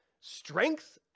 strength